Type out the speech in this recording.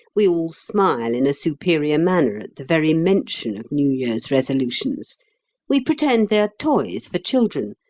we all smile in a superior manner at the very mention of new year's resolutions we pretend they are toys for children,